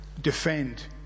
defend